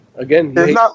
Again